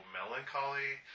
melancholy